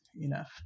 enough